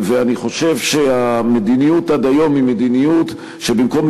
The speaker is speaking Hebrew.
אני חושב שהמדיניות עד היום היא מדיניות שבמקום